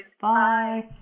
Bye